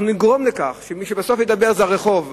אנחנו נגרום לכך שמי שבסוף ידבר זה הרחוב.